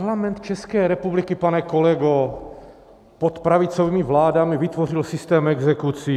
Parlament České republiky, pane kolego, pod pravicovými vládami vytvořil systém exekucí.